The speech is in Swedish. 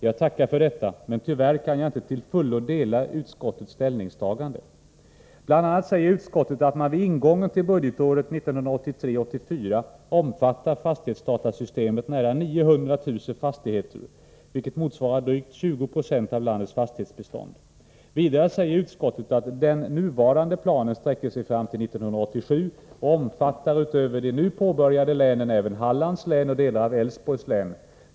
Jag tackar för detta, men tyvärr kan jag inte till fullo instämma i utskottets ställningstagande. Bl.a. säger utskottet att vid ingången till budgetåret 1983/84 omfattar fastighetsdatasystemet nära 900 000 fastigheter, vilket motsvarar drygt 20 90 av landets fastighetsbestånd. Vidare säger utskottet att den nuvarande planen sträcker sig fram till 1987. Den omfattar utöver de nu påbörjade länen även Hallands län och delar av Älvsborgs län.